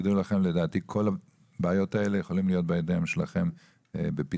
לדעתי כל הבעיות האלה יכולות להיות בידיים שלכם לפתרון.